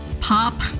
pop